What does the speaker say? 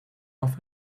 off